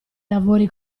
lavori